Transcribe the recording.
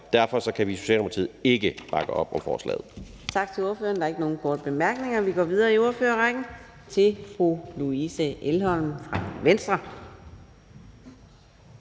Derfor kan vi i Socialdemokratiet ikke bakke op om forslaget.